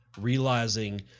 realizing